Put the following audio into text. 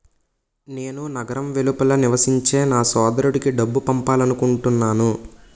నేను నగరం వెలుపల నివసించే నా సోదరుడికి డబ్బు పంపాలనుకుంటున్నాను